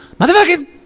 Motherfucking